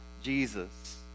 Jesus